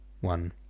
One